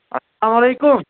علیکم